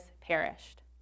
perished